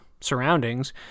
surroundings